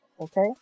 okay